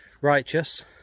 righteous